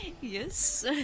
Yes